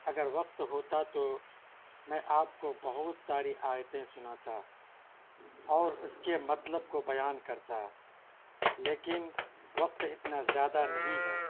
اگر وقت ہوتا تو میں آپ کو بہت ساری آیتیں سناتا اور اس کے مطلب کو بیان کرتا لیکن وقت اتنا زیادہ نہیں ہے